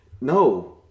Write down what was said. no